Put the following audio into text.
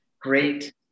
great